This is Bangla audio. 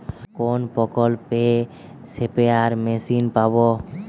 কোন প্রকল্পে স্পেয়ার মেশিন পাব?